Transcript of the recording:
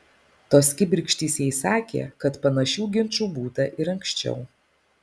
tos kibirkštys jai sakė kad panašių ginčų būta ir anksčiau